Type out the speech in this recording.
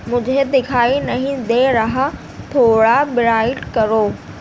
مجھے دکھائی نہیں دے رہا تھوڑا برائٹ کرو